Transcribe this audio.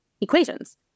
equations